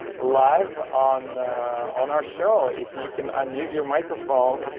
live on on our show if you can unmute your microphone.